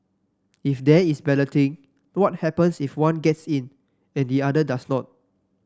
if there is balloting what happens if one gets in and the other does not